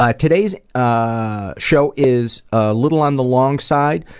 ah today's ah show is a little on the long side,